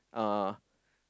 uh